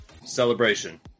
celebration